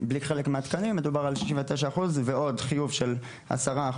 בלי חלק מהתקנים מדובר על 69% ועוד חיוב של 10%,